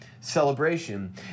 celebration